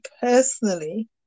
personally